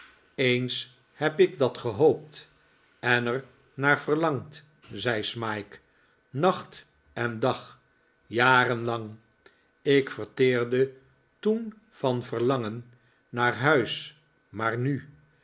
eens heb ik dat gehoopt en er naar verlangd zei smike nacht en dag jarenlang ik verteerde toen van verlangen naar huis maar nu